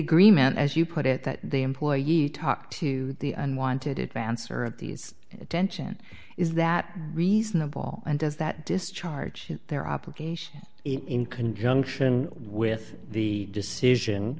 agreement as you put it that the employee you talked to the unwanted advance or at these attention is that reasonable and does that discharge their obligation in conjunction with the decision